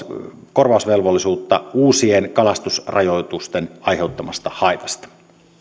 korvausvelvollisuutta uusien kalastusrajoitusten aiheuttamasta haitasta